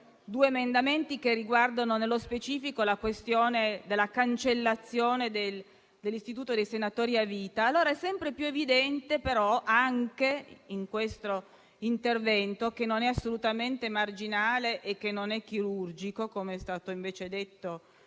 due emendamenti che riguardano nello specifico la questione della cancellazione dell'istituto dei senatori a vita: allo stesso modo, anche in questo intervento, che non è assolutamente marginale e che non è chirurgico (come invece è stato detto